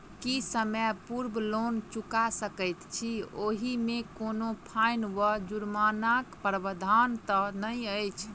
की समय पूर्व लोन चुका सकैत छी ओहिमे कोनो फाईन वा जुर्मानाक प्रावधान तऽ नहि अछि?